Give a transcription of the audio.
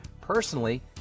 Personally